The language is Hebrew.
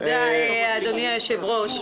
תודה, אדוני היושב-ראש.